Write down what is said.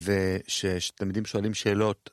וש.. יש תלמידים ששואלים שאלות.